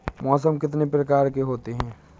मौसम कितनी प्रकार के होते हैं?